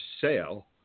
sale